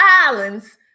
islands